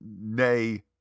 nay